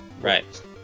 Right